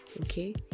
okay